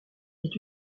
est